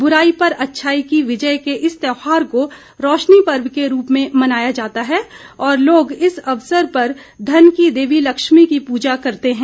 बुराई पर अच्छाई की विजय के इस त्यौहार को रोशनी पर्व के रूप में मनाया जाता है और लोग इस अवसर पर धन की देवी लक्ष्मी की पूजा करते हैं